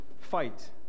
Fight